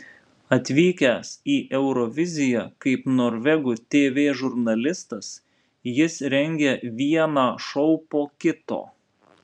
atvykęs į euroviziją kaip norvegų tv žurnalistas jis rengia vieną šou po kito